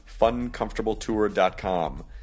Funcomfortabletour.com